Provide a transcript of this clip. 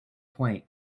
point